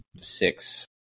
six